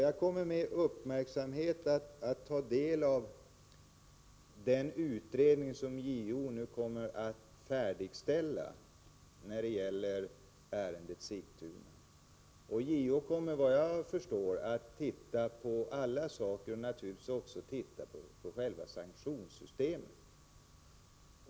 Jag kommer att med uppmärksamhet ta del av den utredning som JO kommer att färdigställa rörande fallet i Sigtuna. JO kommer enligt vad jag förstår att titta även på själva sanktionssystemet.